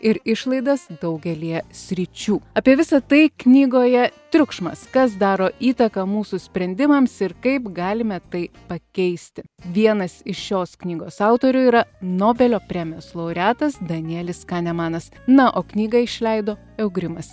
ir išlaidas daugelyje sričių apie visa tai knygoje triukšmas kas daro įtaką mūsų sprendimams ir kaip galime tai pakeisti vienas iš šios knygos autorių yra nobelio premijos laureatas danielis kanemanas na o knygą išleido eugrimas